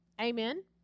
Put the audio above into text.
Amen